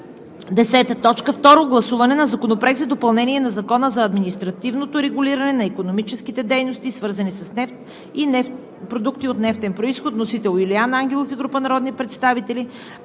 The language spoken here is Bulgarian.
Второ гласуване на Законопроекта за допълнение на Закона за административното регулиране на икономическите дейности, свързани с нефт и продукти от нефтен произход. Вносители – Юлиан Ангелов и група народни представители,